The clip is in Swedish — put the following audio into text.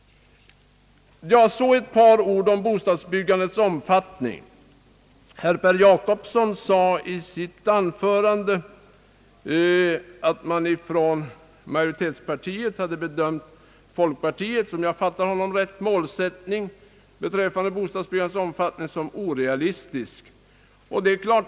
Så ett par ord om bostadsbyggandets omfattning. Herr Per Jacobsson sade i sitt anförande, om jag fattade honom rätt, att majoritetspartiet hade bedömt folkpartiets målsättning beträffande bostadsbyggandets omfattning som orealistisk.